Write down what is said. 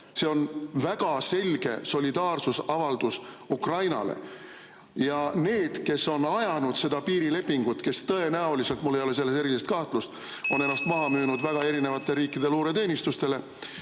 See on väga selge solidaarsusavaldus Ukrainale. Ja need, kes on ajanud seda piirilepingut, kes tõenäoliselt – mul ei ole selles erilist kahtlust – on ennast maha müünud väga erinevate riikide luureteenistustele,